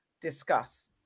discuss